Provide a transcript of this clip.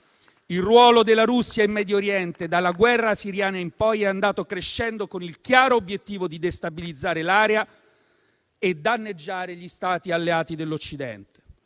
Il ruolo della Russia in Medio Oriente, dalla guerra siriana in poi, è andato crescendo, con il chiaro obiettivo di destabilizzare l'area e danneggiare gli Stati alleati dell'Occidente.